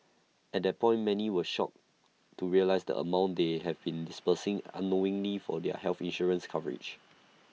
at that point many were shocked to realise the amount they have been disbursing unknowingly for their health insurance coverage